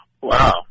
Wow